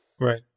Right